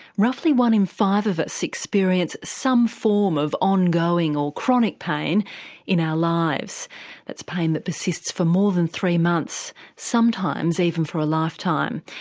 roughly one in five of us experience some form on ongoing or chronic pain in our lives that's pain that persists for more than three months. sometimes even for a lifetime.